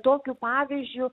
tokiu pavyzdžiu